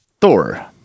Thor